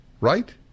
right